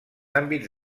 àmbits